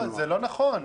זה לא נכון.